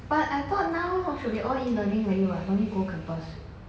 but I thought now should be all e-learning already [what] no need go campus